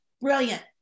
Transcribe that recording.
Brilliant